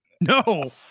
No